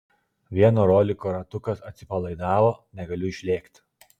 vieno roliko ratukas atsipalaidavo negaliu išlėkt